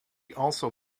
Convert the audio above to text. also